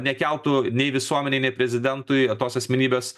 nekeltų nei visuomenei nei prezidentui tos asmenybės